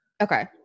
Okay